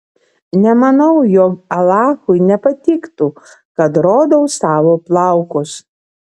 nemanau jog alachui nepatiktų kad rodau savo plaukus